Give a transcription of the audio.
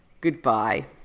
Goodbye